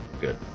Good